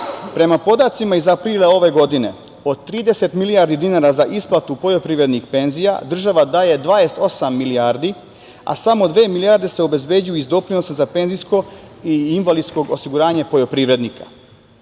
Prema podacima iz aprila ove godine od trideset milijardi dinara za isplatu poljoprivrednih penzija država daje 28 milijardi, a samo dve milijarde se obezbeđuju iz doprinosa za penzijsko i invalidsko osiguranje poljoprivrednika.U